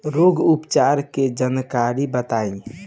रोग उपचार के जानकारी बताई?